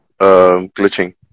glitching